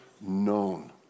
known